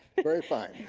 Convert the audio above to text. very fine.